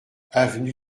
avenue